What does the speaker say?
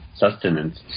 sustenance